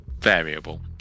variable